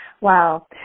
Wow